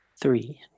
three